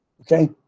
okay